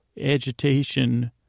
agitation